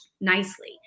nicely